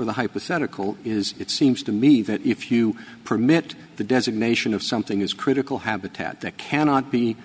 n the hypothetical is it seems to me that if you permit the designation of something as critical habitat that cannot be